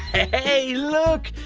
hey, look!